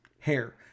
hair